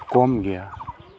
ᱠᱚᱢ ᱜᱮᱭᱟ